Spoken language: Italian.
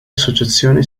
associazione